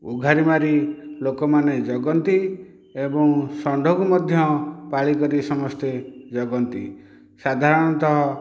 ଉଘାରି ମାରି ଲୋକମାନେ ଜଗନ୍ତି ଏବଂ ଷଣ୍ଢକୁ ମଧ୍ୟ ପାଳି କରି ସମସ୍ତେ ଜଗନ୍ତି ସାଧାରଣତଃ